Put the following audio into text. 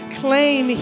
claim